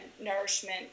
nourishment